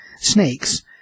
snakes